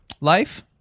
life